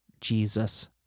Jesus